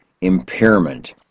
impairment